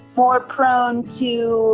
more prone to